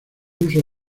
uso